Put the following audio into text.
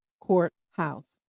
Courthouse